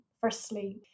firstly